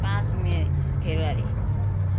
पाँच May February